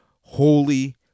holy